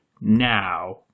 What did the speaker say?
now